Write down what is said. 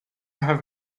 have